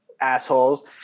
assholes